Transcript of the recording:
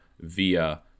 via